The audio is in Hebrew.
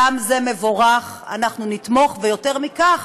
גם זה מבורך, אנחנו נתמוך, ויותר מכך,